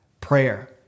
prayer